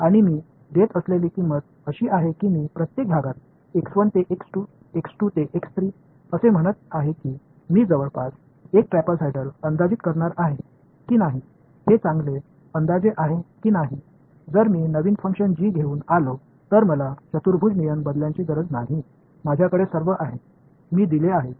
மேலும் நான் செலுத்தும் விலை என்னவென்றால் ஒவ்வொரு பிரிவிலும்toto நான் சொல்லப்போகிறேன் இது ஒரு ட்ரெப்சாய்டால் ஆல் தோராயமாக ஒரு நல்ல தோராயமா இல்லையா என்பதை நான் மதிப்பிடப் போகிறேன்